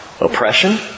oppression